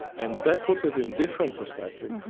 and that puts it in different perspective,